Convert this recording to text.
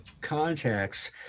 contacts